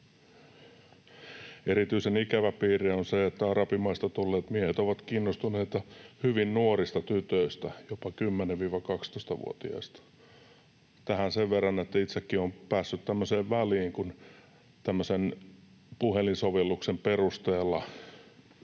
Erityisen ikävä piirre on se, että arabimaista tulleet miehet ovat kiinnostuneita hyvin nuorista tytöistä, jopa 10—12-vuotiaista. Tähän sen verran, että itsekin olen päässyt tämmöiseen väliin, kun puhelinsovelluksen perusteella